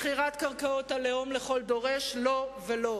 מכירת קרקעות הלאום לכל דורש, לא ולא.